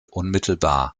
unmittelbar